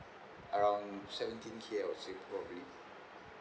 around seventeen K I assume probably